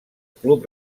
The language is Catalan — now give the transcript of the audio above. club